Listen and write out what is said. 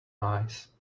eyes